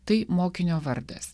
tai mokinio vardas